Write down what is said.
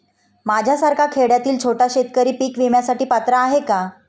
माझ्यासारखा खेड्यातील छोटा शेतकरी पीक विम्यासाठी पात्र आहे का?